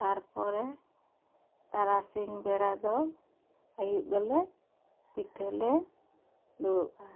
ᱛᱟᱨᱯᱚᱨᱮ ᱛᱟᱨᱟᱥᱤᱧ ᱵᱮᱲᱟ ᱫᱚ ᱟᱭᱩᱵ ᱫᱚᱞᱮ ᱯᱤᱴᱷᱟᱹ ᱞᱮ ᱫᱩᱲᱩᱜᱼᱟ